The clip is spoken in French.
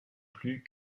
plus